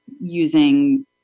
using